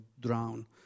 drown